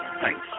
thanks